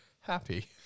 happy